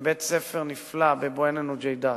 גם בבית-ספר נפלא בבועיינה-נוג'ידאת,